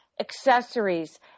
Accessories